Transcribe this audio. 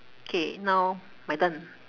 K now my turn